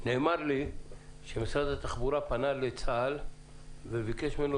נאמר לי שמשרד התחבורה פנה לצה"ל וביקש ממנו